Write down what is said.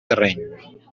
terreny